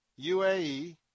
UAE